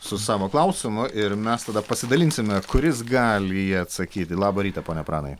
su savo klausimu ir mes tada pasidalinsime kuris gali į jį atsakyti labą rytą pone pranai